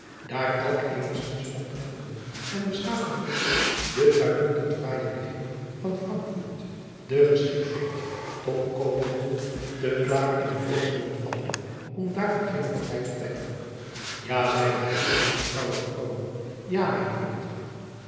daar elk eenigzins oplettenden en beschaafden orst de uitmuntend fraaije ligging van rankfort en geschiktheid tot den koophandel te klaar in het oog moest vallen om daarvan geene partij te trekken a zeide hij op een vertrouwelijken toon ja mijn vriend